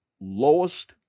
lowest